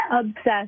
obsessed